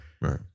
right